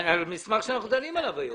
המסמך שאנחנו דנים עליו היום?